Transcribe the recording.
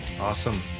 Awesome